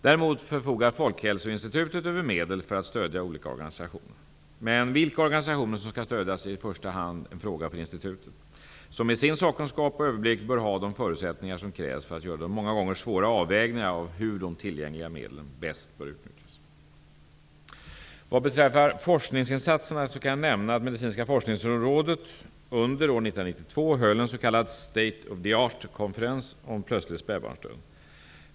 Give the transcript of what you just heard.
Däremot förfogar Folkhälsoinstitutet över medel för att stödja olika organisationer. Men vilka organisationer som skall stödjas är i första hand en fråga för FHI, som med sin sakkunskap och överblick bör ha de förutsättningar som krävs för att göra de många gånger svåra avvägningarna av hur de tillgängliga medlen bäst bör utnyttjas. Vad beträffar forskningsinsatserna kan jag nämna att Medicinska forskningsrådet under år 1992 höll en s.k. state-of-the-art-konferens om plötslig spädbarnsdöd.